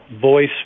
voice